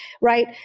right